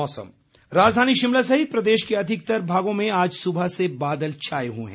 मौसम राजधानी शिमला सहित प्रदेश के अधिकतर भागों में आज सुबह से बादल छाए हुए हैं